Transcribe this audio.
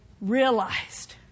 realized